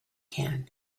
can